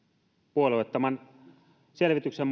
puolueettoman selvityksen